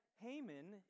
Haman